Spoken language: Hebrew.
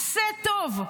"עשה טוב".